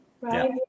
right